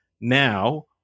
Now